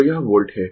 तो यह वोल्ट है